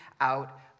out